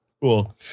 cool